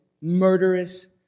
murderous